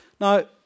Now